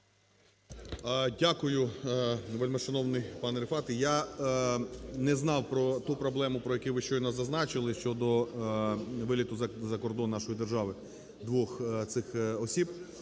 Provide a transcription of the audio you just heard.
Дякую, вельмишановний пане Рефате. Я не знав про ту проблему, про яку ви щойно зазначили, щодо виліту за кордон нашої держави двох цих осіб.